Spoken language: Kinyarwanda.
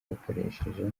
bakoresheje